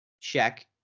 check